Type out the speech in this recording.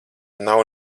nav